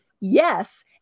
yes